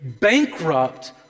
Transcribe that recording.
bankrupt